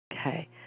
Okay